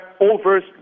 offers